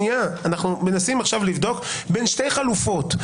אנו מנסים לבדוק בין שתי חלופות.